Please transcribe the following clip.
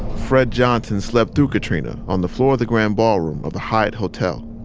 fred johnson slept through katrina on the floor of the grand ballroom of the hyatt hotel.